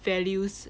values